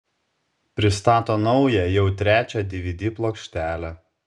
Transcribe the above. pristato naują jau trečią dvd plokštelę